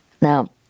now